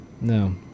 No